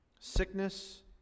Sickness